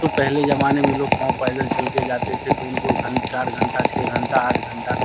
तो पहले ज़माने में लोग पाँव पैदल चल के जाते थे तो उनको घं चार घंटा छः घंटा आठ घंटा